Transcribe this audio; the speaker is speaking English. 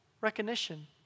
recognition